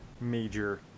major